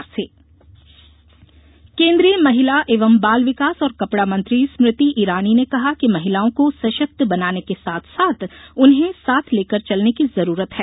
स्मृति ईरानी केंद्रीय महिला एवं बाल विकास और कपड़ा मंत्री स्मृति ईरानी ने कहा कि महिलाओं को सशक्त बनाने के साथ साथ उन्हें साथ लेकर चलने की जरूरत है